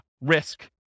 risk